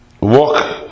walk